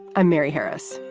i'm mary harris.